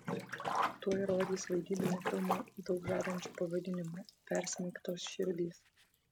tuoj rodys vaidybinį filmą daug žadančiu pavadinimu persmeigtos širdys